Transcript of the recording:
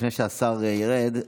לפני שהשר ירד,